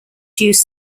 used